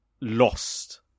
lost